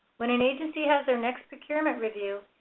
when an agency has their next procurement review,